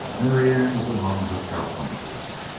marianne was among her cowpunchers.